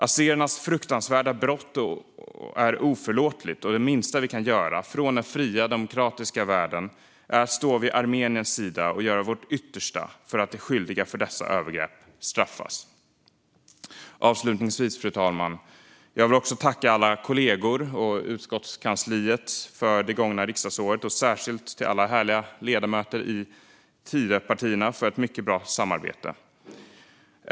Azerernas fruktansvärda brott är oförlåtligt, och det minsta vi i den fria, demokratiska världen kan göra är att stå vid Armeniens sida och göra vårt yttersta för att de som är skyldiga till dessa övergrepp ska straffas. Avslutningsvis, fru talman, vill jag tacka alla kollegor och utskottskansliet för det gångna riksdagsåret. Särskilt vill jag tacka alla härliga ledamöter i Tidöpartierna för ett mycket bra samarbete.